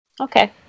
Okay